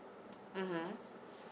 (uh huh)